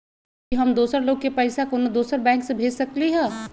कि हम दोसर लोग के पइसा कोनो दोसर बैंक से भेज सकली ह?